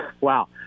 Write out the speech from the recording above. wow